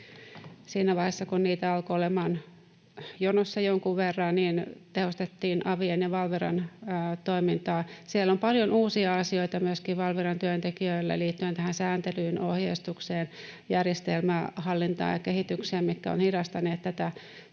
Siinä vaiheessa, kun niitä alkoi olemaan jonossa jonkun verran, tehostettiin avien ja Valviran toimintaa. Siellä on paljon uusia asioita myöskin Valviran työntekijöille liittyen tähän sääntelyyn, ohjeistukseen, järjestelmän hallintaan ja kehitykseen, mitkä ovat hidastaneet tätä työtä.